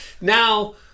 now